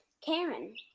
Karen